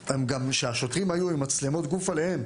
השוטרים היו עם מצלמות גוף עליהם.